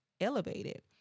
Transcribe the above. elevated